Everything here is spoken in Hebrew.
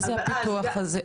מה זה הפיתוח הזה?